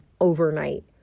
overnight